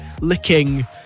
licking